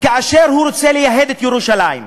כאשר הוא רוצה לייהד את ירושלים המזרחית,